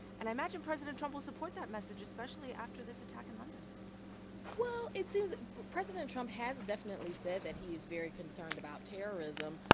and i imagine president trump will support that message, especially after this attack in london well, it seems president trump has definitely said that he is very concerned about terrorism,